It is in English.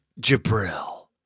Jabril